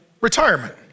retirement